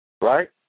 right